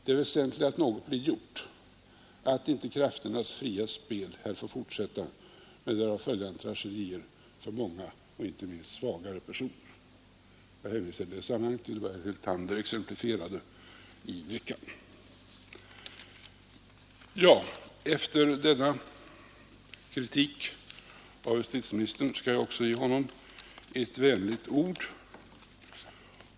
Det väsentliga är att något blir gjort, att inte krafternas fria spel här får fortsätta med därav följande tragedier för många och inte minst svagare personer. Jag hänvisar i det sammanhanget till vad herr Hyltander exemplifierade i förra veckan. Efter denna kritik av justitieministern skall jag också ge honom ett vänligt ord.